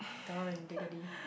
darn dignity